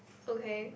okay